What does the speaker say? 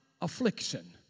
affliction